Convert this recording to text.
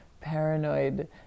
paranoid